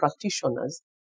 practitioners